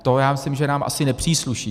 To já myslím, že nám asi nepřísluší.